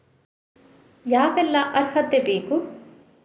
ಯಾವೆಲ್ಲ ಅರ್ಹತೆ ಬೇಕು?